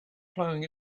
plowing